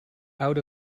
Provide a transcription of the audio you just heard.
out